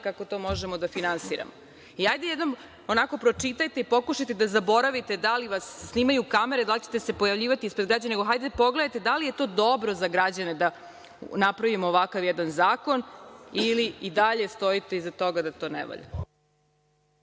kako to možemo da finansiramo. Hajde jednom pročitajte, pokušajte da zaboravite da li vas snimaju kamere, da li ćete se pojavljivati ispred građana, nego pogledajte da li je to dobro za građane da napravimo ovakav jedan zakon ili i dalje stojite iza toga da to ne valja.